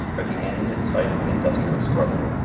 are the end in sight of the industrial struggle.